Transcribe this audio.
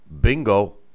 bingo